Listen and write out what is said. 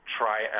try